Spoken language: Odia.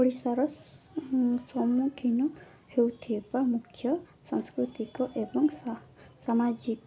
ଓଡ଼ିଶାର ସମ୍ମୁଖୀନ ହେଉଥିବା ମୁଖ୍ୟ ସାଂସ୍କୃତିକ ଏବଂ ସାମାଜିକ